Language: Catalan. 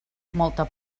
molta